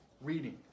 reading